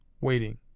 waiting